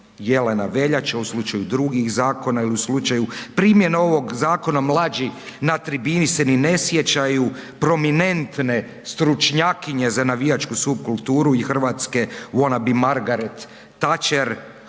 Jelena Veljača u slučaju drugih zakona ili u slučaju primjene ovog zakona mlađi na tribini se ni ne sjećaju prominentne stručnjakinje za navijačku supkulturu i Hrvatske ona bi Margaret Thatcher